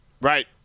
Right